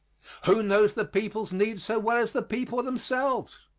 who knows the people's needs so well as the people themselves?